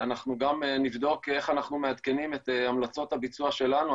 אנחנו גם נבדוק איך אנחנו מעדכנים את המלצות הביצוע שלנו,